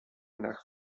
nach